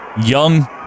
Young